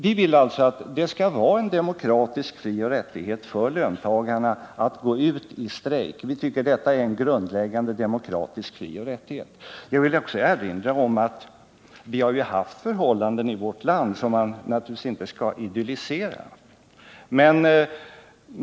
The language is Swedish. Vi vill alltså att det skall vara en demokratisk frioch rättighet för löntagarna att gå ut i strejk. Vi tycker att det är en grundläggande demokratisk frioch rättighet. Vi vill också erinra om att vi har haft andra förhållanden i vårt land, även om man naturligtvis inte skall idyllisera dem.